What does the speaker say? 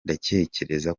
ndatekereza